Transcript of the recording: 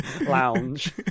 lounge